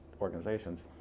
organizations